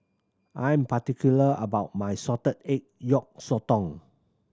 I am particular about my salted egg yolk sotong